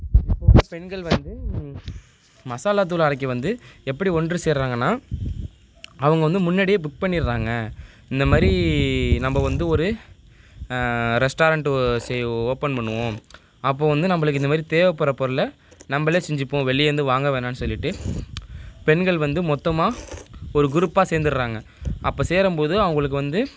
இப்போது பெண்கள் வந்து மசாலா தூள் அரைக்க வந்து எப்படி ஒன்று சேருறாங்கனா அவங்க வந்து முன்னாடியே புக் பண்ணிடுறாங்க இந்த மாதிரி நம்ம வந்து ஒரு ரெஸ்டாரெண்ட் ஓ சரி ஓபன் பண்ணுவோம் அப்போ வந்து நம்மளுக்கு இந்த மாதிரி தேவைப்படுற பொருளை நம்மளே செஞ்சுப்போம் வெளியருந்து வாங்க வேணாம் சொல்லிட்டு பெண்கள் வந்து மொத்தமாக ஒரு குரூப்பாக சேர்ந்துறாங்க அப்போ சேரும்போது அவங்களுக்கு வந்து